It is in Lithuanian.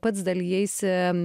pats dalijaisi